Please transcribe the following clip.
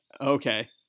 Okay